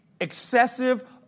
excessive